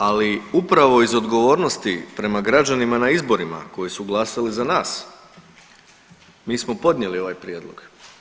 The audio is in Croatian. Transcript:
Ali upravo iz odgovornosti prema građanima na izborima koji su glasali za nas mi smo podnijeli ovaj prijedlog.